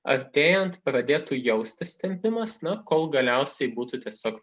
artėjant pradėtų jaustis tempimas na kol galiausiai būtų tiesiog